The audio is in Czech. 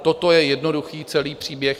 Toto je jednoduchý celý příběh.